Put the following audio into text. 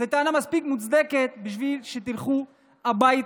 זו טענה מספיק מוצדקת בשביל שתלכו הביתה.